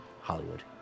Hollywood